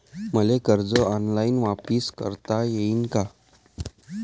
मले कर्ज ऑनलाईन वापिस करता येईन का?